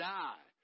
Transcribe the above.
die